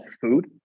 food